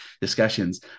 discussions